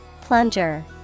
Plunger